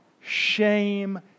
shame